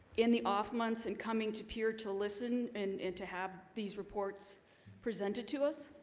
in the off months and coming to pier to listen and and to have these reports present it to us